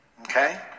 Okay